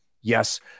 Yes